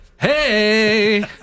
hey